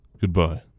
goodbye